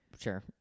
Sure